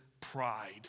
pride